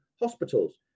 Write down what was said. hospitals